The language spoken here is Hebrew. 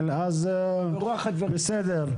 אז בסדר.